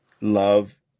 love